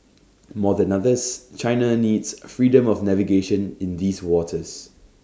more than others China needs freedom of navigation in these waters